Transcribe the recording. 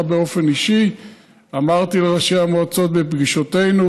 באופן אישי ואמרתי לראשי המועצות בפגישותינו.